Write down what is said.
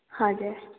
हजुर